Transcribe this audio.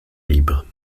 libres